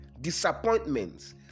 disappointments